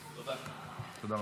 תודה רבה.